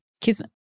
Kismet